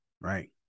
right